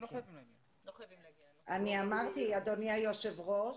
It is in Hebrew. אני אמרתי, אדוני היושב ראש,